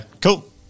cool